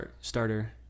starter